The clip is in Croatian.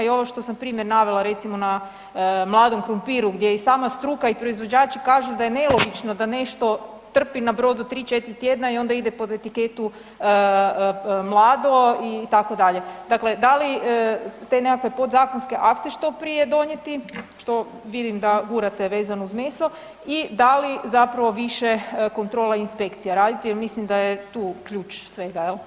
A i ovo što sam primjer navela recimo na mladom krumpiru gdje i sama struka i proizvođači kažu da je nelogično trpi na brodu tri, četiri tjedna i onda ide pod etiketu mlado itd., dakle da li te nekakve podzakonske akte što prije donijeti, što vidim da gurate vezano uz meso i da li zapravo više kontrola inspekcija raditi jer mislim da je tu ključ svega?